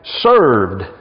served